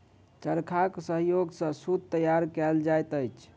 चरखाक सहयोग सॅ सूत तैयार कयल जाइत अछि